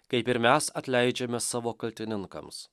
kaip ir mes atleidžiame savo kaltininkams